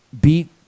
beat